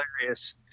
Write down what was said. hilarious